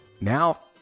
now